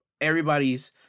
everybody's